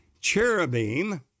cherubim